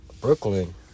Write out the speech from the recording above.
Brooklyn